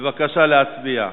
בבקשה להצביע.